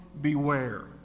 beware